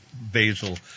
basil